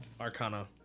Arcana